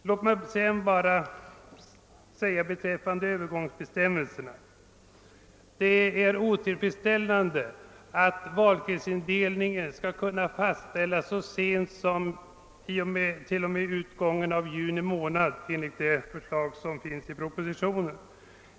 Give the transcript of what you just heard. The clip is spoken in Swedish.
Låt mig beträffande övergångsbestämmelserna bara säga att det är otillfredsställande att valkretsindelningen enligt propositionens förslag skall kunna fast ställas så sent som före utgången av juni månad.